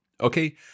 Okay